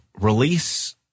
release